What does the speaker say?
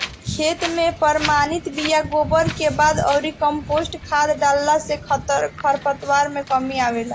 खेत में प्रमाणित बिया, गोबर के खाद अउरी कम्पोस्ट खाद डालला से खरपतवार में कमी आवेला